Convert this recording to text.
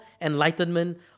enlightenment